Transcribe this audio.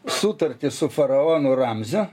sutartį su faraonu ramziu